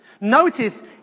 Notice